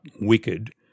wicked